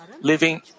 living